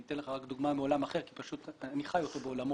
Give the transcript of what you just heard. ואני אתן לך רק דוגמה מעולם אחר כי פשוט אני חי אותו בעולמות